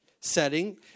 setting